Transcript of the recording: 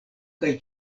kaj